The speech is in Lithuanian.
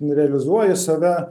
realizuoji save